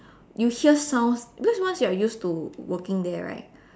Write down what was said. you hear sounds because once you are used to working there right